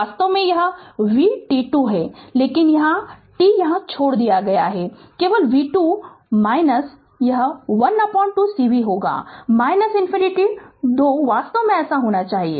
वास्तव में यह v t 2 है लेकिन t यहाँ छोड़ दिया गया है केवल v 2 यह 12 c v होगा इन्फानिटी 2 वास्तव में ऐसा होना चाहिए